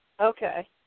Okay